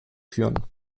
führen